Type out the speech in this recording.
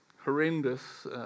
horrendous